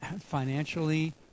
financially